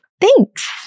Thanks